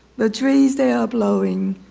the dream they are blowing,